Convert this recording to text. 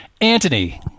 Anthony